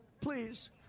Please